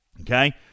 Okay